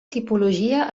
tipologia